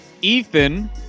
Ethan